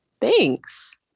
Thanks